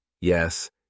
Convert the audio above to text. Yes